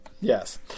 Yes